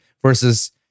versus